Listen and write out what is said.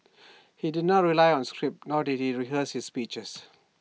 he did not rely on A script nor did he rehearse his speeches